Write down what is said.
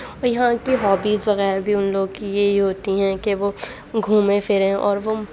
اور یہاں کی ہابیز وغیرہ بھی ان لوگوں کی یہی ہوتی ہیں کہ وہ گھومیں پھریں اور وہ